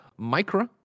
Micra